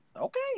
Okay